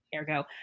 ergo